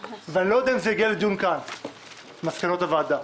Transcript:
אני לא יודע אם הגיעו לכאן לדיון מסקנות הוועדה.